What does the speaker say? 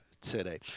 today